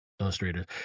illustrators